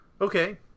Okay